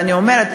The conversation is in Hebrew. ואני אומרת,